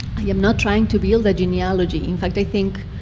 i am not trying to build a genealogy. in fact, i think